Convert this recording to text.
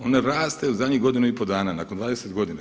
Ona raste u zadnjih godinu i pol dana nakon 10 godina.